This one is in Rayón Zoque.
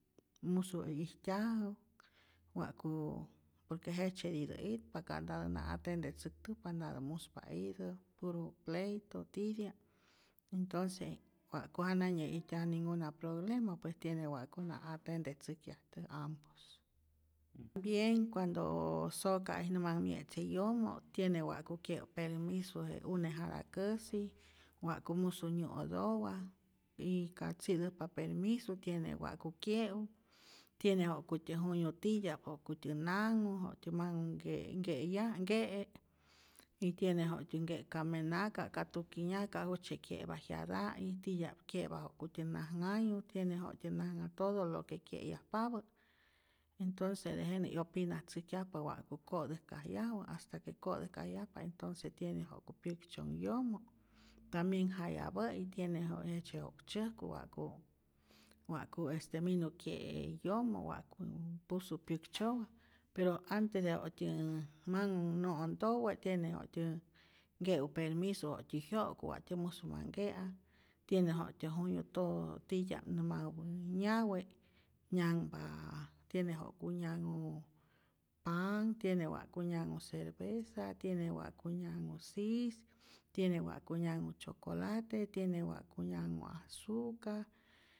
Musu ijtyajä, wa'ku por que jejtzyetitä itpa, ka'ntatä na atendetzäktäjpa ntatä muspa itä, puro pleito titya'p, entonce wa'ku jana nyä'ijtyaju ninguna proglema pues tiene wa'ku na atendetzäjkyajtäj ambos, tambien cuando soka'i nä manh mye'tzye tiene wa'ku kye'u permiso je une jatakäsi, wa'ku musä nyä'otowa y ka tzi'täjpa permiso tiene wa'ku kye'u, tiene ja'kutyä juyu titya'p wakutyä nanhu, wak'tyä manh nke nke'yaj nke'e y tiene ja'ktyä nke ka menaka, ka tuki nyaka' jujtzye kye'pa jyata'i, titya'p kye'pa ja'kutyä najnhayu, tiene ja'ktyä najnha todo lo que kye'yajpapä, entonce tejenä 'yopinatzäjkyajpa wa'ku ko'täjkajyaju, hasta que ko'täjkajyajpa entonce tiene ja'ku pyäktzyonh yomo', tambien jayapä'i tiene ja' jejtzye jo'k tzyäjku wa'ku wa'ku minu kye'e yomo', wa'ku musu pyäktzyowa, pero antes de watyä manhu nä'ontowe tiene wa'tyä nke'u permiso waktyä jyo'ku, waktyä musu ma mnke'a, tiene ja'ktyä juyu todo titya'p nä manhupä nyawa', nyanhpa tiene ja'ku nyanhu panh, tiene wa'ku nyanhu cerveza, tiene wa'ku nyanhu sis, tiene wa'ku nyanhu chocolate, tiene wa'ku nyanhu azuca